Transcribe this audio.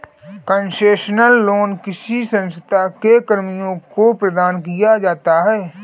concessional loan किसी संस्था के कर्मियों को प्रदान किया जाता है